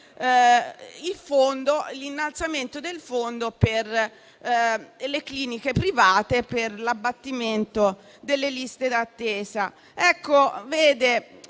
l'innalzamento del fondo per le cliniche private, per l'abbattimento delle liste d'attesa.